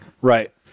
Right